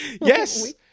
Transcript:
yes